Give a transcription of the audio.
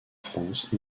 france